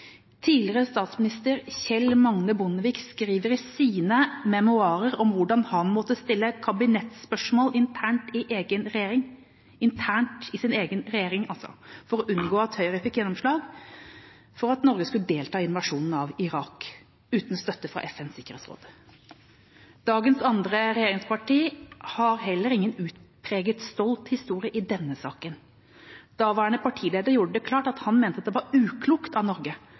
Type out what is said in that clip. Tidligere statsminister Kjell Magne Bondevik skriver i sine memoarer om hvordan han måtte stille kabinettsspørsmål internt i egen regjering – internt i sin egen regjering, altså – for å unngå at Høyre fikk gjennomslag for at Norge skulle delta i invasjonen av Irak uten støtte fra FNs sikkerhetsråd. Det andre partiet i dagens regjering har heller ingen utpreget stolt historie i denne saken. Daværende partileder gjorde det klart at han mente at det var uklokt av Norge